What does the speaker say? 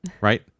right